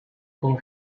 con